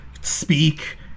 speak